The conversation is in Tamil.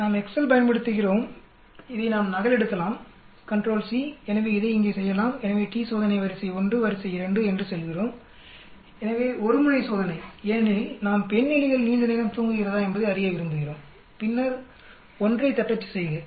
நாம் எக்செல் பயன்படுத்துகிறோம் இதை நாம் நகலெடுக்கலாம் கண்ட்ரோல் சி எனவே இதை இங்கே செய்யலாம் எனவே டி சோதனை வரிசை 1 வரிசை 2 என்று சொல்கிறோம் எனவே ஒரு முனை சோதனை ஏனெனில் நாம் பெண் எலிகள் நீண்ட நேரம் தூங்குகிறதா என்பதை அறிய விரும்புகிறோம் பின்னர் 1 ஐ தட்டச்சு செய்க